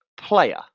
player